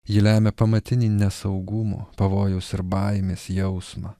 ji lemia pamatinį nesaugumo pavojaus ir baimės jausmą